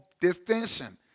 distinction